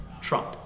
Trump